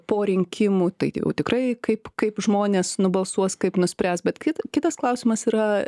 po rinkimų tai jau tikrai kaip kaip žmonės nubalsuos kaip nuspręs bet ki kitas klausimas yra